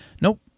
nope